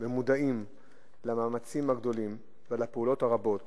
ומודעים למאמצים הגדולים ולפעולות הרבות